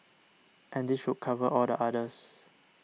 and this should cover all the others